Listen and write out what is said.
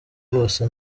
rwose